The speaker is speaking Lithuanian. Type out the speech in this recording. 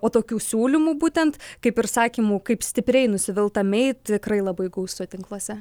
o tokių siūlymų būtent kaip ir sakymų kaip stipriai nusivilta mei tikrai labai gausu tinkluose